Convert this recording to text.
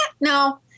no